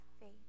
faith